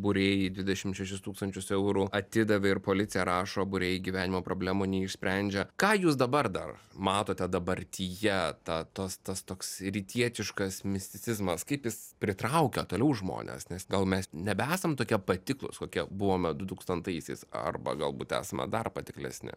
būrėjai dvidešim šešis tūkstančius eurų atidavė ir policija rašo būriai gyvenimo problemų neišsprendžia ką jūs dabar dar matote dabartyje ta tas tas toks rytietiškas misticizmas kaip jis pritraukia toliau žmones nes gal mes nebesam tokie patiklūs kokie buvome du tūkstantaisiais arba galbūt esame dar patiklesni